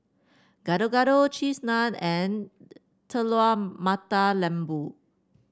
Gado Gado Cheese Naan and Telur Mata Lembu